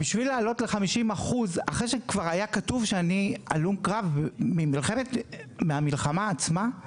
בשביל להעלות ל-50% אחרי שכבר היה כתוב שאני הלום קרב מהמלחמה עצמה,